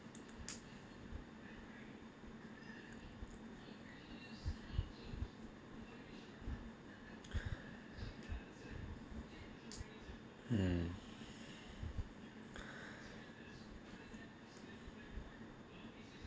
um